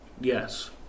Yes